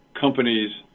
companies